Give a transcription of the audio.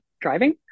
driving